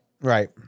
Right